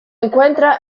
encuentra